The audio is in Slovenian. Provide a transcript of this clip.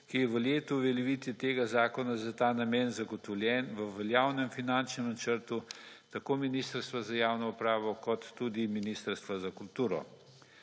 ki v letu uveljavitvi tega zakona za ta namen zagotovljen v veljavnem finančnem načrtu tako Ministrstva za javno upravo kot tudi Ministrstva za kulturo.